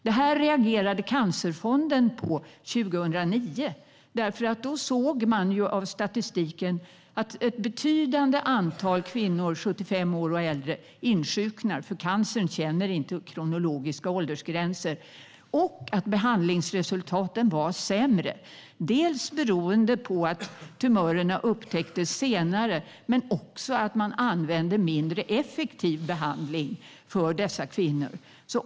Detta reagerade Cancerfonden på 2009 eftersom man i statistiken såg att ett betydande antal kvinnor 75 år och äldre insjuknar. Cancern känner ju inte kronologiska åldersgränser. Man såg också att behandlingsresultaten var sämre. Det berodde dels på att tumörerna upptäcktes senare, dels på att man använde mindre effektiv behandling för dessa kvinnor.